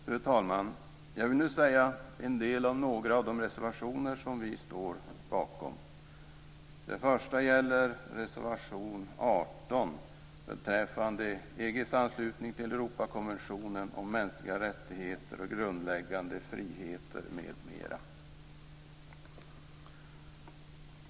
Fru talman! Jag vill nu säga en del om några av de reservationer som vi står bakom. Det första gäller reservation 18 beträffande EG:s anslutning till Europakonventionen om mänskliga rättigheter och grundläggande friheter m.m.